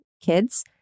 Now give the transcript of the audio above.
kids